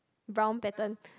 brown pattern